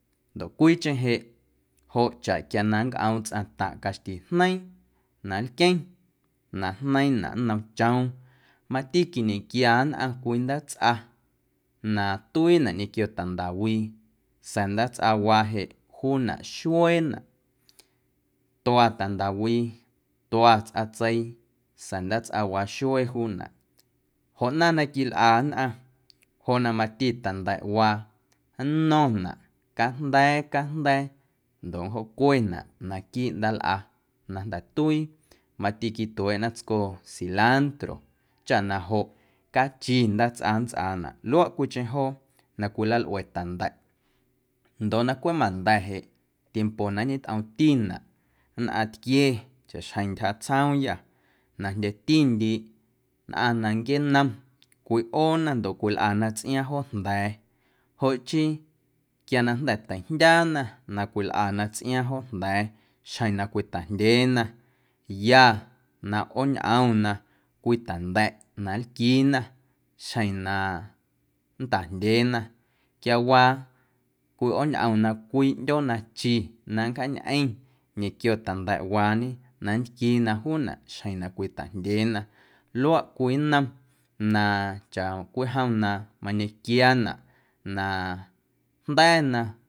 Ndoꞌ cwiicheⁿ jeꞌ joꞌ chaꞌ quia na nncꞌoom tsꞌaⁿ taⁿꞌ caxti jneiiⁿ na nlqueⁿ na jneiiⁿnaꞌ nnom choom mati quiñenquia nnꞌaⁿ cwii ndaatsꞌa na tuiinaꞌ ñequio tandawii sa̱a̱ ndaatsꞌawaa jeꞌ juunaꞌ xueenaꞌ tua tandawii, tua tsꞌatseii sa̱a̱ ndaatsꞌawaa xuee juunaꞌ joꞌ ꞌnaⁿ na quilꞌa nnꞌaⁿ joꞌ na mati ta̱nda̱ꞌwaa nno̱ⁿnaꞌ cajnda̱a̱ cajnda̱a̱ ndoꞌ nncꞌoocwenaꞌ naquiiꞌ ndaalꞌa na jnda̱ tuii mati quitueeꞌna tsco cilantro chaꞌ na joꞌ cachi ndaatsꞌa nntsꞌaanaꞌ luaꞌ cwiicheⁿ joo na cwilalꞌue ta̱nda̱ꞌ. Ndoꞌ na cweꞌ manda̱ jeꞌ tiempo na ñetꞌoomtinaꞌ nnꞌaⁿtquie chaꞌxjeⁿ ntyja tsjoomyâ na jndyetindiiꞌ nnꞌaⁿ na nquienom cwiꞌoona ndoꞌ cwilꞌana tsꞌiaaⁿ joojnda̱a̱ joꞌ chii quia na jnda̱ teijndyaana na cwilꞌana tsꞌiaaⁿ joojnda̱a̱ xjeⁿ na cwitajndyeena ya na ꞌooñꞌomna cwii ta̱nda̱ꞌ na nlquiina xjeⁿ na nntajndyeena quiawaa cwiꞌooñꞌomna cwii ꞌndyoo nachi na nncjaañꞌeⁿ ñequio ta̱nda̱ꞌwaañe na nntquiina juunaꞌ xjeⁿ na cwitajndyeena luaaꞌ cwii nnom na chacwijom na mañequiianaꞌ na jnda̱na.